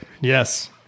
Yes